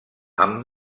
amb